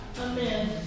Amen